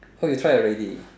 oh you tried already